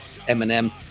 Eminem